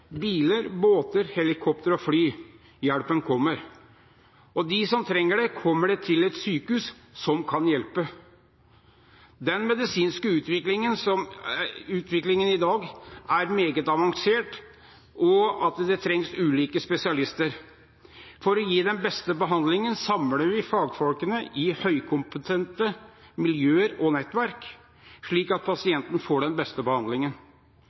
biler, båter, helikoptre og fly – hjelpen kommer. De som trenger det, kommer til et sykehus som kan hjelpe. Den medisinske utviklingen i dag er meget avansert, og det trengs ulike spesialister. For å gi den beste behandlingen samler vi fagfolkene i høykompetente miljøer og nettverk slik at pasienten får den beste behandlingen.